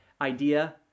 idea